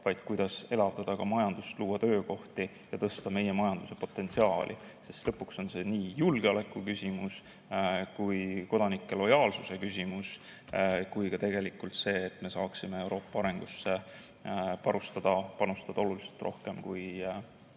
see, kuidas elavdada majandust, luua töökohti ja tõsta meie majanduse potentsiaali. Lõpuks on see nii julgeoleku kui ka kodanike lojaalsuse küsimus, ning tegelikult ka see küsimus, et me saaksime Euroopa arengusse panustada oluliselt rohkem kui